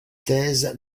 thèse